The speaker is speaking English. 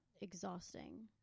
exhausting